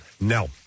No